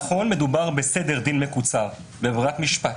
נכון, מדובר בסדר דין מקוצר, בברירת משפט